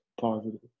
positive